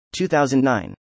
2009